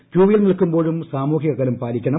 ക്യൂവിൽ നിൽക്കുമ്പോഴും സാമൂഹിക അകലം പാലിക്കണം